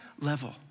level